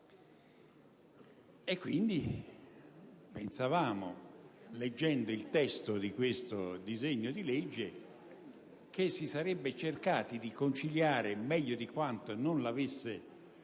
quindi, leggendo il testo di questo disegno di legge, che si sarebbe cercato di conciliare, meglio di quanto non l'avesse